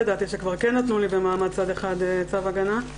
שכבר כן נתנו לי צו הגנה במעמד אחד.